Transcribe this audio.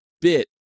bit